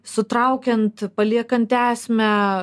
sutraukiant paliekant esmę